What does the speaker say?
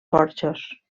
porxos